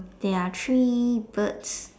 there are three birds